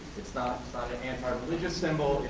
it's not an anti religious symbol,